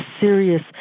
serious